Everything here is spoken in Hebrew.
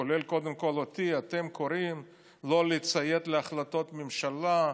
כולל קודם כול אותי: אתם קוראים לא לציית להחלטות ממשלה,